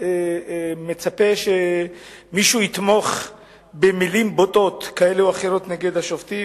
מצפה שמישהו יתמוך במלים בוטות כאלה או אחרות נגד השופטים,